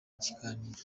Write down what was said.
kiganiro